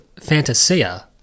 Fantasia